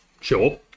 Sure